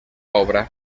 obra